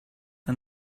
and